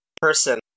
person